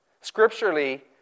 Scripturally